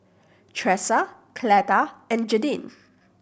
Tresa Cleta and Jadyn